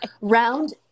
Round